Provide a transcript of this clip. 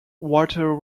water